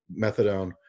methadone